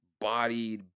bodied